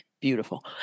beautiful